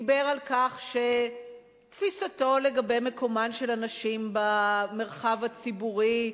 דיבר על כך שתפיסתו לגבי מקומן של הנשים במרחב הציבורי,